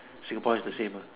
Singapore is the same ah